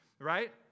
right